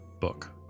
book